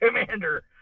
commander